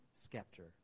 scepter